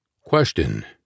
Question